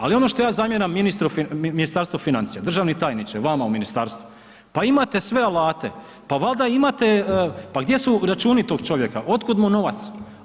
Ali ono što ja zamjeram Ministarstvu financija, državni tajniče, vama u ministarstvu, pa imate sve alate, pa valjda imate, pa gdje su računi tog čovjeka, od kud mu novac?